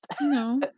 no